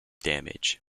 damage